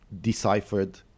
deciphered